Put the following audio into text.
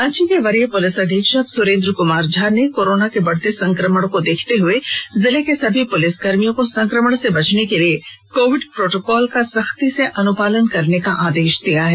रांची के वरीय पुलिस अधीक्षक सुरेंद्र कुमार झा ने कोरोना के बढ़ते संक्रमण को देखते हुए जिले के सभी पुलिसकर्मियों को ्संक्रमण से बचने के लिए कोविड प्रोटोकॉल का सख्ती से अनुपालन करने का आदेश दिया है